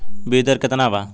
बीज दर केतना वा?